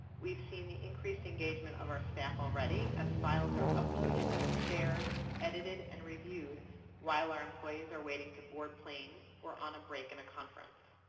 we have seen the increased engagement of our staff already, as files are uploaded, share, edited and reviewed while our employees are waiting to board planes or on a break in a conference.